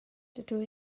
dydw